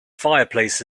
fireplace